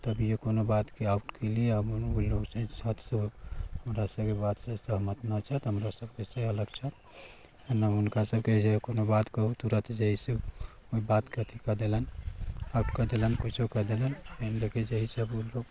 तभिये कोनो बात के आउट केली आब ओ लोग जे हय से हमरा सबके बात से सहमत न छथि हमरा सबसे अलग छथि एने हुनका सबके जे कोनो बात कहू तुरत जे हय से ओइ बात के अथी कऽ देलन आउट कऽ देलन कुछो कऽ देलन जे हय से सब लोग